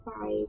five